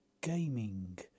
gaming